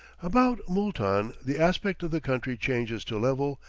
about mooltan the aspect of the country changes to level,